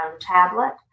tablet